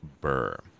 Burr